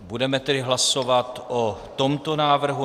Budeme tedy hlasovat o tomto návrhu.